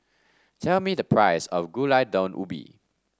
tell me the price of Gulai Daun Ubi